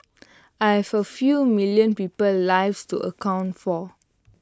I have A few million people's lives to account for